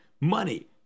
money